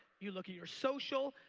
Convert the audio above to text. you look at your social,